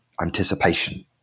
anticipation